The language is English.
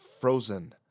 Frozen